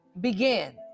begin